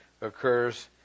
occurs